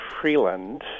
Freeland